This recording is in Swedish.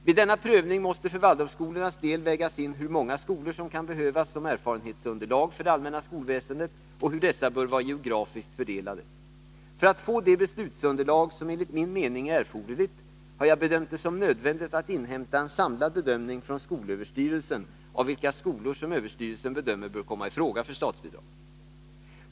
Vid denna prövning måste för Waldorfskolornas del vägas in hur många skolor som kan behövas som erfarenhetsunderlag för det allmänna skolväsendet och hur dessa bör vara geografiskt fördelade. För att få det beslutsunderlag som enligt min mening är erforderligt har jag bedömt det som nödvändigt att inhämta en samlad bedömning från skolöverstyrelsen av vilka skolor som skolöverstyrelsen bedömer bör komma i fråga för statsbidrag.